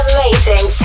Amazing